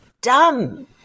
dumb